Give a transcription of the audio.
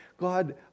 God